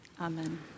Amen